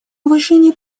уважение